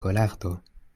kolardo